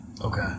Okay